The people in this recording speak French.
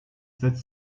sept